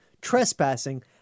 trespassing